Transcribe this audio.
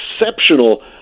exceptional